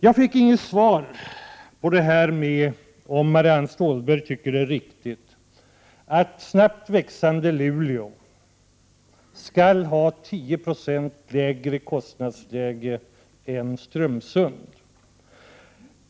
Jag fick inget svar på frågan till Marianne Stålberg om hon tycker att det är riktigt att det snabbt växande Luleå skall hålla ett kostnadsläge som ligger 10 26 lägre än kostnadsläget i Strömsund.